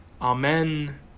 Amen